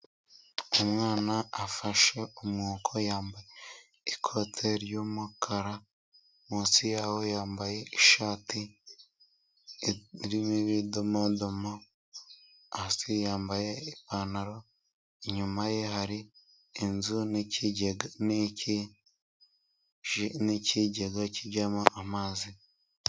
Umwana afashe umwuko yambaye ikote ry'umukara, munsi yaho yambaye ishati irimo ibidomodomo, hasi yambaye ipantaro, inyuma ye hari inzu n'ikigega, n'ki n'ikigega kijyamo amazi.